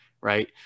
right